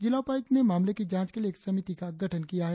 जिला उपायुक्त ने मामले की जांच के लिए एक समिति का गठन किया है